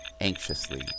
anxiously